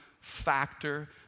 factor